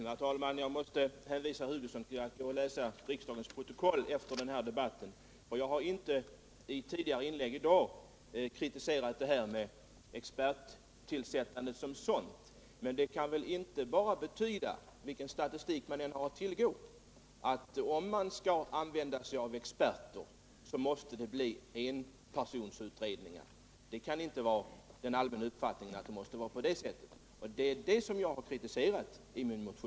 Herr talman! Jag måste be herr Hugosson att läsa riksdagens protokoll efter den här debatten. Jag har inte i tidigare inlägg i dag kritiserat experttillsättandet som sådant. Men det här kan inte innebära — vilken statistik man än har att tillgå —- att om man skall använda experter måste det bli fråga om enpersons utredningar. Det kan inte vara den allmänna uppfattningen, och det är detta jag har kritiserat i min motion.